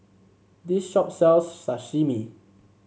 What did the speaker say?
this shop sells Sashimi